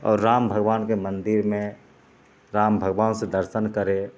आओर राम भगवानके मंदिरमे राम भगवान से दर्शन करै